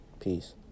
peace